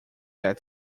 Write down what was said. that